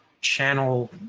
channel